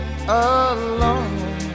alone